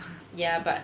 ya but